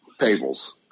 tables